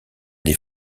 des